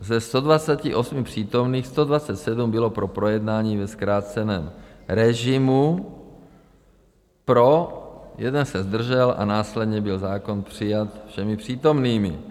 Ze 128 přítomných 127 bylo pro projednání ve zkráceném režimu, pro, jeden se zdržel a následně byl zákon přijat všemi přítomnými.